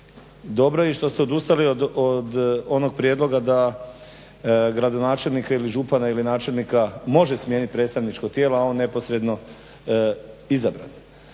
Dobro je što ste i odustali od onog prijedloga da gradonačelnika ili župana ili načelnika može smijeniti predstavničko tijelo a on neposredno izabran.